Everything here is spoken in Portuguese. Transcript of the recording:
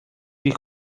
que